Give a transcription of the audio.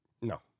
No